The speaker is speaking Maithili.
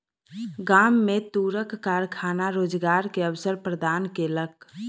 गाम में तूरक कारखाना रोजगार के अवसर प्रदान केलक